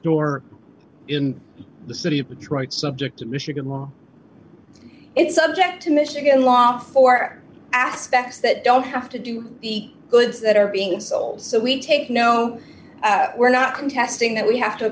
door in the city of detroit subject to michigan law is subject to michigan law for aspects that don't have to do the goods that are being sold so we take no we're not contesting that we have to